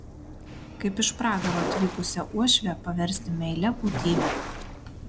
kaip iš pragaro atvykusią uošvę paversti meilia būtybe